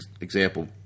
example